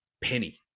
penny